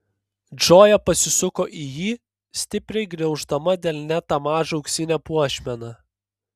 džoja pasisuko į jį stipriai gniauždama delne tą mažą auksinę puošmeną